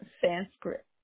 Sanskrit